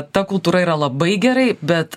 ta kultūra yra labai gerai bet